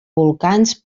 volcans